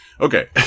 okay